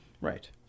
right